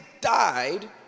died